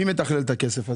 מי מתכלל את הכסף הזה?